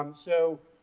um so